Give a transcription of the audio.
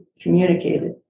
communicated